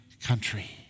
country